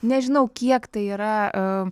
nežinau kiek tai yra